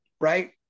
right